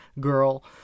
girl